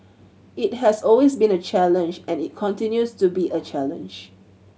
it has always been a challenge and it continues to be a challenge